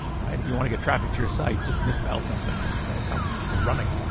right? if you wanna get traffic to your site, just misspell something and they'll come ah running.